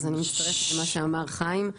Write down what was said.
אני מצטרפת למה שאמר חיים.